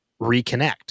reconnect